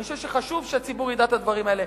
אני חושב שחשוב שהציבור ידע את הדברים האלה.